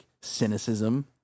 cynicism